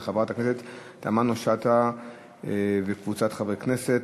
של חברת הכנסת פנינה תמנו-שטה וקבוצת חברי הכנסת.